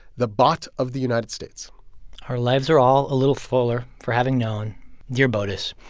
the bot of the united states our lives are all a little fuller for having known dear botus,